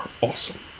awesome